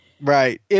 Right